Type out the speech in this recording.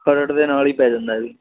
ਖਰੜ ਦੇ ਨਾਲ ਹੀ ਪੈ ਜਾਂਦਾ ਜੀ